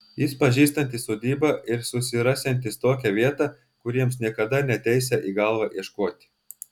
jis pažįstantis sodybą ir susirasiantis tokią vietą kur jiems niekada neateisią į galvą ieškoti